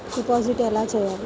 Deposit ఎలా చెయ్యాలి?